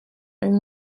and